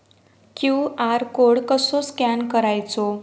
QR code कसो scan करायचो?